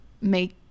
make